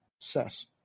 Sess